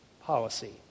policy